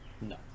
No